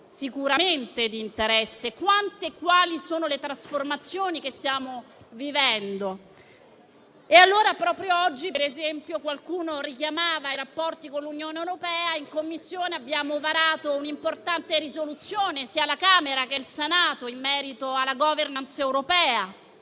storici di interesse. Quante e quali sono le trasformazioni che stiamo vivendo? Proprio oggi, per esempio, qualcuno richiamava i rapporti con l'Unione europea. In Commissione, abbiamo varato un'importante risoluzione, sia alla Camera che al Senato, in merito alla *governance* europea.